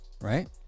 right